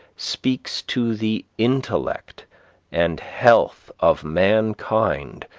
speaks to the intellect and health of mankind,